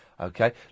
Okay